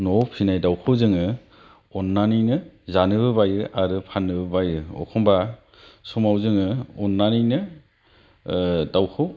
न'आव फिसिनाय दाउखौ जोङो अननानैनो जानोबो बायो आरो फाननोबो बायो एखनबा समाव जोङो अननानैनो दाउखौ